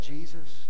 Jesus